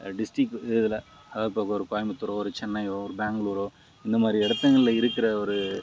district இதில் அதாவது இப்போ ஒரு கோயம்புத்தூரோ ஒரு சென்னையோ ஒரு பேங்ளூரோ இந்த மாதிரி இடத்துங்கள்ல இருக்கிற ஒரு